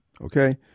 okay